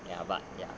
ya but ya